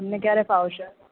તમને ક્યારે ફાવશે